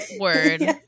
word